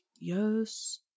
yes